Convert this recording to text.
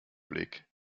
blick